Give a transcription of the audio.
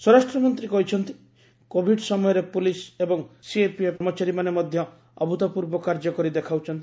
ସ୍ୱରାଷ୍ଟ୍ରମନ୍ତ୍ରୀ କହିଛନ୍ତି କୋବିଡ ସମୟରେ ପୋଲିସ୍ ଏବଂ ସିଏପିଏଫ୍ କର୍ମଚାରୀମାନେ ମଧ୍ୟ ଅଭୂତପୂର୍ବ କାର୍ଯ୍ୟ କରି ଦେଖାଉଛନ୍ତି